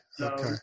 Okay